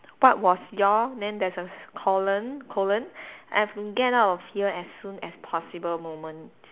what was your then there's a colon colon I've to get out of here as soon as possible moment